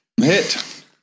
Hit